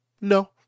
no